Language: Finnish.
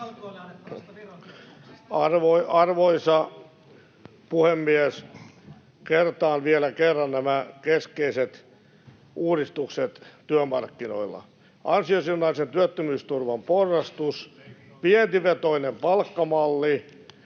Arvoisa puhemies! Kertaan vielä kerran nämä keskeiset uudistukset työmarkkinoilla: ansiosidonnaisen työttömyysturvan porrastus, [Antti Lindtman: